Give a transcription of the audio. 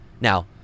Now